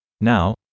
Now